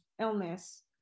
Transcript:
illness